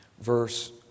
verse